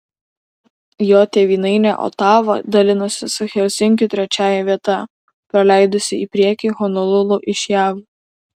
jo tėvynainė otava dalinasi su helsinkiu trečiąją vietą praleidusi į priekį honolulu iš jav